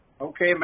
Okay